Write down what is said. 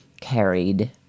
carried